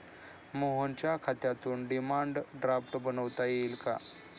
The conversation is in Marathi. मोहनच्या खात्यातून डिमांड ड्राफ्ट बनवता येईल का?